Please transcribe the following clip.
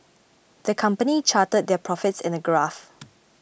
the company charted their profits in a graph